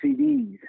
CDs